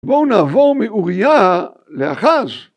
בואו נעבור מאוריה לאחז